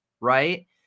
right